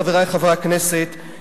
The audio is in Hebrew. חברי חברי הכנסת,